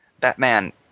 Batman